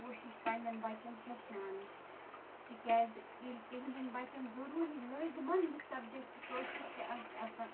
کوٗشِش پنٛنٮ۪ن بچن ہیٚچھناوٕچ تِکیٛازِ ییٚلہِ تِہٕنٛدٮ۪ن بچن ضُروٗری سبجکٹ کٲشرِس تہِ آسہِ آسان